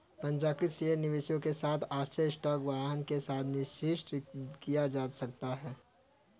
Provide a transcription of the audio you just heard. पंजीकृत शेयर निवेशकों के साथ आश्चर्य स्टॉक वाहन के साथ निषिद्ध किया जा सकता है